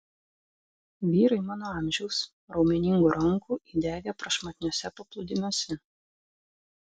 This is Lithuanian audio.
vyrai mano amžiaus raumeningų rankų įdegę prašmatniuose paplūdimiuose